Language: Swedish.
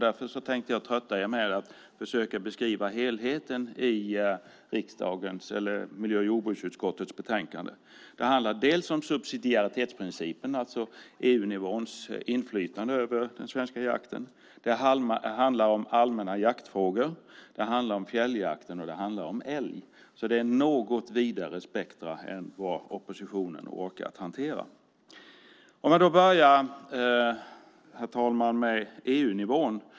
Därför tänkte jag trötta er med att försöka beskriva helheten i miljö och jordbruksutskottets betänkande. Det handlar om subsidiaritetsprincipen, alltså EU-nivåns inflytande över den svenska jakten, om allmänna jaktfrågor, om fjälljakten och om älg. Det är alltså ett något vidare spektrum än oppositionen orkat hantera. Herr talman! Jag börjar med EU-nivån.